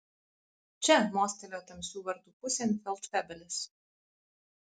čia mostelėjo tamsių vartų pusėn feldfebelis